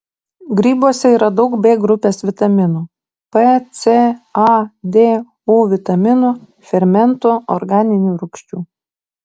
grybuose yra daug b grupės vitaminų p c a d u vitaminų fermentų organinių rūgščių